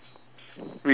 rich coach